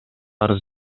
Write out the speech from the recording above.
арыз